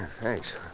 Thanks